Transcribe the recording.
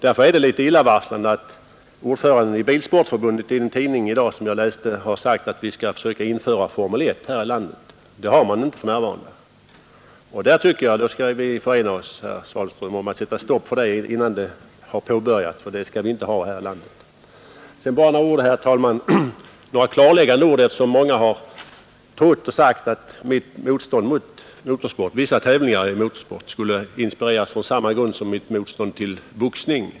Därför är det litet illavarslande att ordföranden i Bilsportförbundet i en tidning har sagt att vi skall försöka införa Formel I-tävlingar här i landet. Det tycker jag, herr Svanström, att vi skall förena oss i att sätta stopp för. Sådana tävlingar skall vi inte ha här i landet. Bara till sist några klarläggande ord, herr talman, eftersom många har trott och sagt att mitt motstånd mot vissa former av biltävlingar skulle inspireras på samma grunder som mitt motstånd mot boxning.